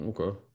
Okay